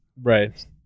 Right